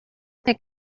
think